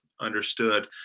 understood